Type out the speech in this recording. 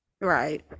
right